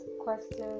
questions